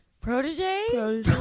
protege